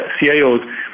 CIOs